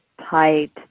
tight